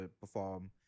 perform